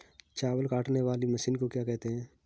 चावल काटने वाली मशीन को क्या कहते हैं?